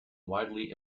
widely